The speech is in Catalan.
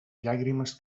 llàgrimes